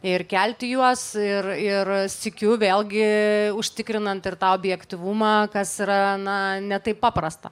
ir kelti juos ir ir sykiu vėlgi užtikrinant ir tą objektyvumą kas yra na ne taip paprasta